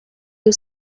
you